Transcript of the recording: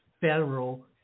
federal